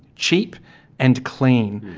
cheap and clean.